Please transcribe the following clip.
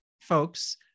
folks